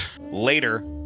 Later